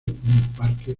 parque